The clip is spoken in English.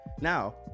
Now